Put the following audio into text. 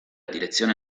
direzione